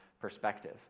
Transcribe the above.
perspective